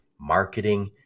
marketing